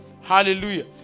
Hallelujah